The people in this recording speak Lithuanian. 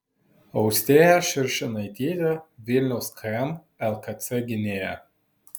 austėja širšinaitytė vilniaus km lkc gynėja